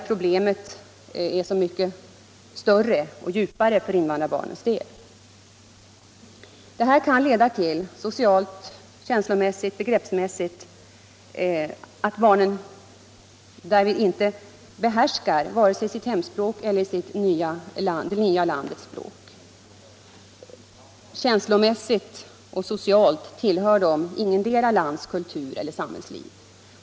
Problemet är bara så mycket större och djupare för invandrarbarnens del. Detta kan leda till att barnen socialt, känslomässigt och begreppsmässigt inte behärskar vare sig sitt hemspråk eller det nya landets språk. Känslomässigt och socialt tillhör de ingetdera landets kultur och samhällsliv.